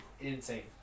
insane